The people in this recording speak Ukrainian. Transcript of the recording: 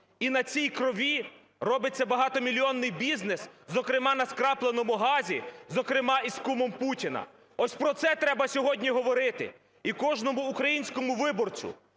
і на цій крові робиться багатомільйонний бізнес, зокрема на скрапленому газі, зокрема із кумом Путіна? Ось про це треба сьогодні говорити. І кожному українському виборцю,